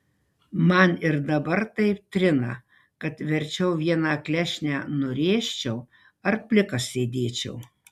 man ir dabar taip trina kad verčiau vieną klešnę nurėžčiau ar plikas sėdėčiau